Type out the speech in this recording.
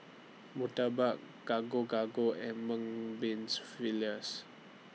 Murtabak Gado Gado and Mung Beans Fritters